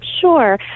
Sure